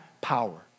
power